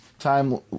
time